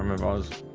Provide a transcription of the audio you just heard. um and was